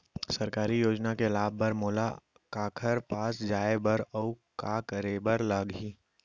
सरकारी योजना के लाभ बर मोला काखर पास जाए बर अऊ का का करे बर लागही?